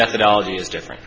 methodology is different